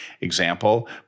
example